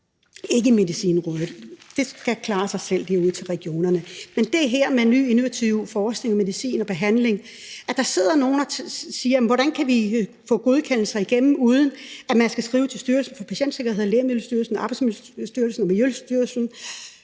ikke i Medicinrådet; det skal klare sig selv ude i regionerne? Det handler om ny og innovativ forskning, medicin og behandling og om at sørge for, at der sidder nogle og siger: Hvordan kan vi få godkendelser igennem, uden at man skal skrive til Styrelsen for Patientsikkerhed, Lægemiddelstyrelsen, Arbejdstilsynet, Miljøstyrelsen